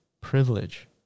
privilege